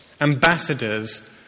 ambassadors